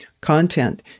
Content